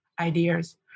ideas